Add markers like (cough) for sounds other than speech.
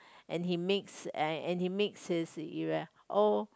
and he makes and and he makes his (noise)